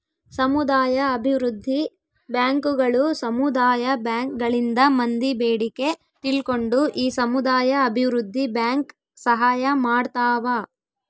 ಸಮುದಾಯ ಅಭಿವೃದ್ಧಿ ಬ್ಯಾಂಕುಗಳು ಸಮುದಾಯ ಬ್ಯಾಂಕ್ ಗಳಿಂದ ಮಂದಿ ಬೇಡಿಕೆ ತಿಳ್ಕೊಂಡು ಈ ಸಮುದಾಯ ಅಭಿವೃದ್ಧಿ ಬ್ಯಾಂಕ್ ಸಹಾಯ ಮಾಡ್ತಾವ